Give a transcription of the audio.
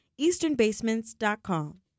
EasternBasements.com